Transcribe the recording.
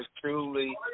truly